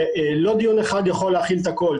ולא דיון אחד יכול להכיל את הכל.